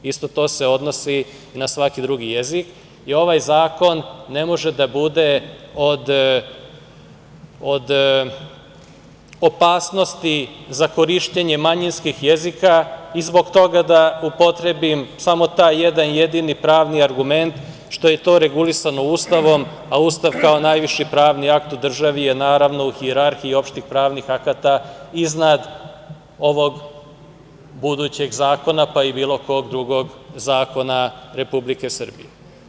Isto to se odnosi i na svaki drugi jezik i ovaj zakon ne može da bude od opasnosti za korišćenje manjinskih jezika i zbog toga da upotrebim samo taj jedan jedini pravni argument, što je to regulisano Ustavom, a Ustav kao najviši pravni akt u državi je, naravno, u hijerarhiji opštih pravnih akata iznad ovog budućeg zakona, pa i bilo kog drugog zakona Republike Srbije.